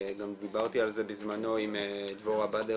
גם דיברתי על זה בזמנו עם דבורה באדר,